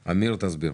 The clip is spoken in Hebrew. אמיר, תסביר.